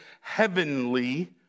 heavenly